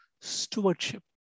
stewardship